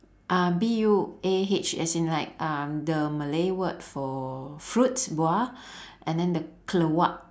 uh B U A H as in like uh the malay word for fruit buah and then the keluak